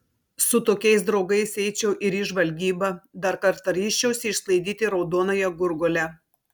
su tokiais draugais eičiau ir į žvalgybą dar kartą ryžčiausi išsklaidyti raudonąją gurguolę